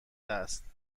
است